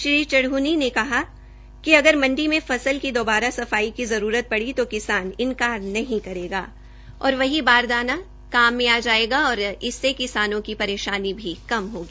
श्री चढ़नी ने कहा है कि अगर मण्डी में फसल की दोबारा सफाई की जरूरत पड़ी तो किसान इंकार नहीं करेगा और वही बारदाना काम में आ जायेगा और उससे किसानों की परेशानी भी कम होगी